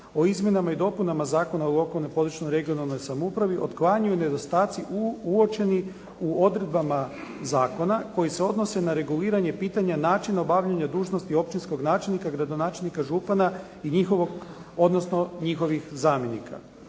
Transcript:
o izmjenama i dopunama Zakona o lokalnoj, područnoj, regionalnoj samoupravi otklanjaju nedostaci uočeni u odredbama zakona koji se odnose na reguliranje i pitanja načina obavljanja dužnosti općinskog načelnika, gradonačelnika, župana i njihovih zamjenika.